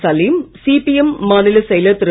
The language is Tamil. சலீம் சிபிஎம் மாநிலச் செயலர் திரு